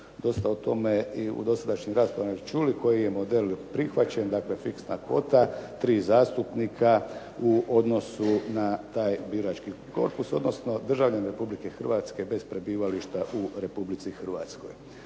znamo već smo u dosadašnjim raspravama čuli koji je model prihvaćen, dakle fiksna kvota, tri zastupnika u odnosu na taj birački korpus, odnosno državljanin Republike Hrvatske bez prebivališta u Republici Hrvatskoj.